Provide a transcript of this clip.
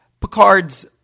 Picard's